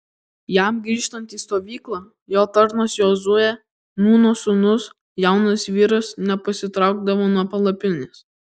jam grįžtant į stovyklą jo tarnas jozuė nūno sūnus jaunas vyras nepasitraukdavo nuo palapinės